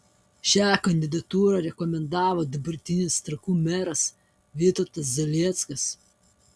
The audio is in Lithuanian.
šią kandidatūrą rekomendavo dabartinis trakų meras vytautas zalieckas